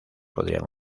podrían